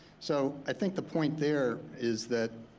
so i think the point there is that